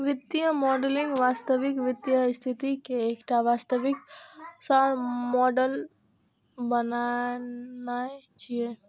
वित्तीय मॉडलिंग वास्तविक वित्तीय स्थिति के एकटा वास्तविक सार मॉडल बनेनाय छियै